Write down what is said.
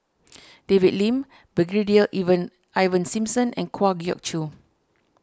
David Lim Brigadier Ivan Ivan Simson and Kwa Geok Choo